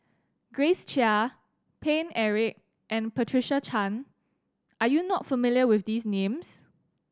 Grace Chia Paine Eric and Patricia Chan are you not familiar with these names